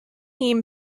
team